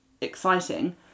exciting